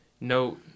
no